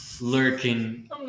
lurking